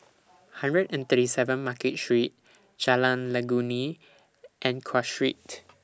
hundred and thirty seven Market Street Jalan Legundi and Cross Street